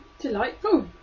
Delightful